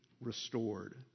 restored